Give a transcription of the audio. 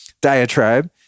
diatribe